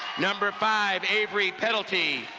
number five, avarie pedelty.